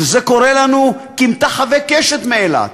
שזה קורה לנו כמטחווי קשת מאילת,